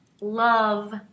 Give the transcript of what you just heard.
love